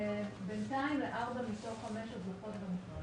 בינתיים לארבע מתוך חמש הזוכות במכרז.